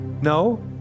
no